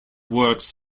works